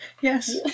yes